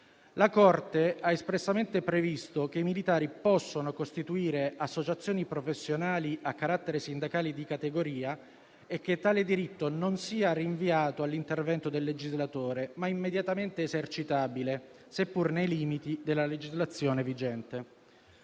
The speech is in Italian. La Consulta ha espressamente previsto che i militari possano costituire associazioni professionali a carattere sindacale e di categoria e che tale diritto non sia rinviato all'intervento del legislatore, ma immediatamente esercitabile, seppur nei limiti della legislazione vigente.